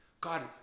God